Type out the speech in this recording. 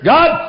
God